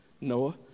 Noah